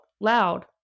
loud